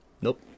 Nope